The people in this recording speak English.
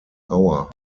hour